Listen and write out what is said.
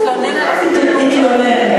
הוא התלונן על איכות הנאומים?